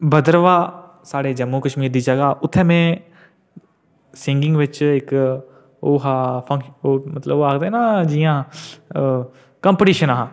भद्रवाह् साढ़े जम्मू कश्मीर दी जगह् उत्थै में सिंगिंग बिच इक ओह् हा फंक्शन मतलब ओह् आखदे ना जि'यां कंपिटिशन हा